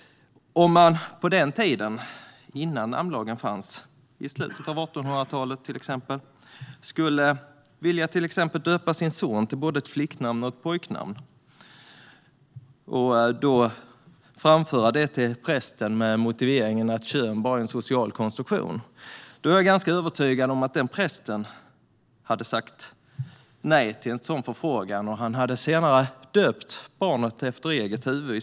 Om man innan namnlagen fanns, till exempel i slutet av 1800-talet, ville döpa sin son till både ett pojknamn och ett flicknamn och inför prästen motiverade det med att kön bara är en social konstruktion är i alla fall jag ganska övertygad om att prästen hade sagt nej och döpt barnet efter eget huvud.